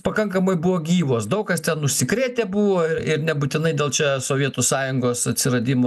pakankamai buvo gyvo daug kas ten užsikrėtę buvo ir nebūtinai dėl čia sovietų sąjungos atsiradimo